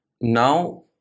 now